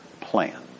plan